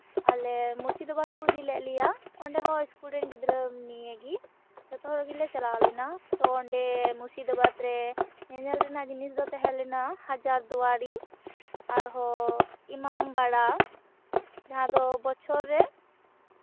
ᱟᱞᱮ ᱢᱩᱨᱥᱤᱫᱟᱵᱟᱫ ᱠᱩ ᱤᱫᱤ ᱞᱮᱫ ᱞᱮᱭᱟ ᱚᱸᱰᱮ ᱦᱚᱸ ᱥᱠᱩᱞ ᱨᱮᱱ ᱜᱤᱫᱽᱨᱟᱹ ᱱᱤᱭᱮ ᱜᱤ ᱡᱚᱛᱚ ᱦᱚᱲ ᱜᱮᱞᱮ ᱪᱟᱞᱟᱣ ᱞᱮᱱᱟᱭ ᱛᱚ ᱚᱸᱰᱮ ᱢᱩᱨᱥᱤᱫᱟᱵᱟᱫ ᱨᱮ ᱧᱮᱧᱮᱞ ᱨᱮᱱᱟᱜ ᱡᱤᱱᱤᱥ ᱫᱚ ᱛᱟᱦᱮᱸ ᱞᱮᱱᱟ ᱦᱟᱡᱟᱨ ᱫᱩᱣᱟ ᱨᱤ ᱟᱨᱦᱚᱸ ᱤᱢᱟᱢᱵᱟᱲᱟ ᱡᱟᱦᱟᱸᱫᱚ ᱵᱚᱪᱷᱚᱨ ᱨᱮ